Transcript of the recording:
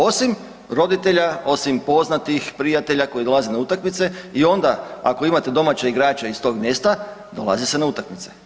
Osim roditelja, osim poznatih, prijatelja koji dolaze na utakmice i onda, ako imate domaće igrače iz tog mjesta, dolazi se na utakmice.